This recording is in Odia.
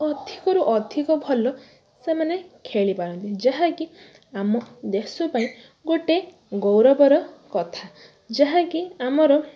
ଅଧିକରୁ ଅଧିକ ଭଲ ସେମାନେ ଖେଳିପାରନ୍ତି ଯାହାକି ଆମ ଦେଶ ପାଇଁ ଗୋଟେ ଗୌରବର କଥା ଯାହା କି ଆମର